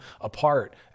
apart